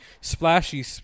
splashy